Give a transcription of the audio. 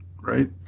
right